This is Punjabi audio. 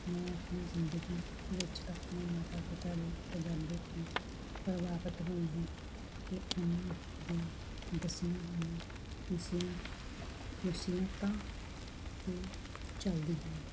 ਮੈਂ ਆਪਣੀ ਜਿੰਦਗੀ ਵਿੱਚ ਆਪਣੇ ਮਾਤਾ ਪਿਤਾ ਦੇ ਤਜਰਬੇ ਤੋਂ ਪ੍ਰਭਾਵਿਤ ਹੋਈ ਹਾਂ ਅਤੇ ਉਹਨਾਂ ਦੇ ਦੱਸੀਆਂ ਹੋਈਆਂ ਨਸੀ ਨਸੀਅਤਾ 'ਤੇ ਚੱਲਦੀ ਹਾਂ